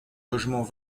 logements